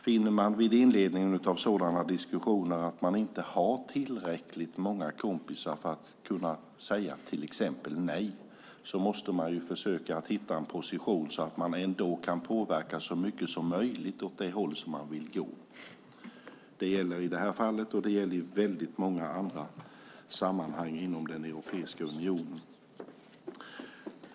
Finner man vid inledningen av sådana diskussioner att man inte har tillräckligt många kompisar för att till exempel kunna säga nej måste man försöka att hitta en position där man ändå kan påverka så mycket som möjligt åt det håll som man vill gå. Det gäller i det här fallet, och det gäller i många andra sammanhang inom den europeiska unionen.